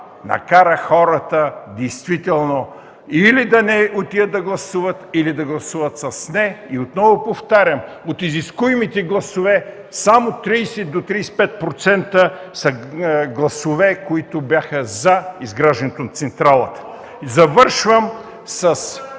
накара хората действително или да не отидат да гласуват, или да гласуват с „не”. Отново повтарям, от изискуемите гласове само 30 до 35% са гласове, които бяха „за” изграждането на централата. АНГЕЛ